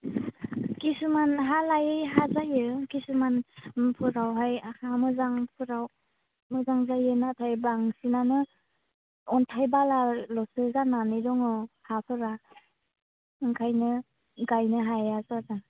किसुमान हा लायै हा जायो किसुमानफोरावहाय हा मोजांफोराव मोजां जायो नाथाय बांसिनानो अन्थाइ बालाल'सो जानानै दङ हाफोरा ओंखायनो गायनो हाया जादों